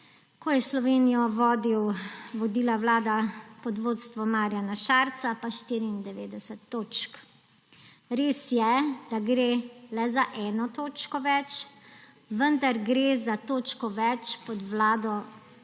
ko je Slovenijo vodila vlada pod vodstvom Marjana Šarca, pa 94 točk. Res je, da gre le za eno točko več, vendar gre za točko več pod vlado, ki